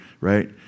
right